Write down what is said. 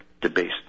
debased